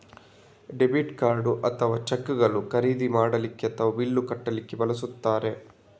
debit card ಅಥವಾ ಚೆಕ್ಗಳನ್ನು ಖರೀದಿ ಮಾಡ್ಲಿಕ್ಕೆ ಅಥವಾ ಬಿಲ್ಲು ಕಟ್ಲಿಕ್ಕೆ ಬಳಸ್ತಾರೆ